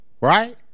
right